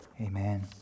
Amen